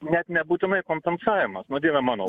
net nebūtinai kompensavimas nu dieve mano